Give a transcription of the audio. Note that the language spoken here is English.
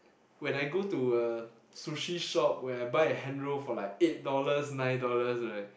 when I go to a sushi shop where I buy a hand roll for like eight dollars nine dollars right